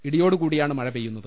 ഇടിയോടുകൂടിയാണ് മഴ പെയ്യുന്നത്